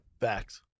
Facts